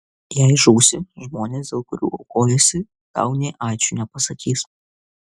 jei žūsi žmonės dėl kurių aukojiesi tau nė ačiū nepasakys